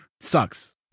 sucks